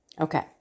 okay